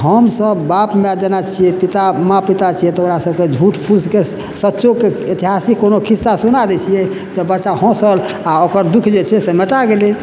हमसब बाप माय जेना छियै पिता माँ पिता छियै तऽ ओकरा सबके झूठ फूँसके सच्चोके ऐतिहासिक कोनो खिस्सा सुना दै छियै तऽ बच्चा हॅंसल आ ओकर दुःख जे छै से मेटा गेलै